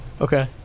Okay